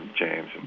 James